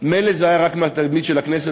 מילא זה היה רק התדמית של הכנסת,